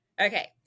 Okay